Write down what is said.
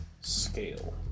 Scale